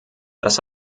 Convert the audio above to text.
das